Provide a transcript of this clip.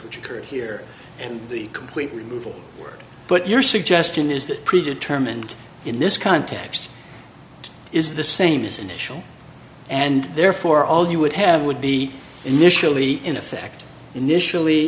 which occurred here and the complete removal word but your suggestion is that pre determined in this context is the same as initial and therefore all you would have would be initially in effect initially